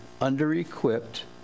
under-equipped